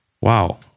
wow